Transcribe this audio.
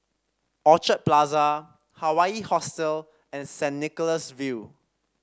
Orchid Plaza Hawaii Hostel and Saint Nicholas View